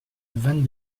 vingt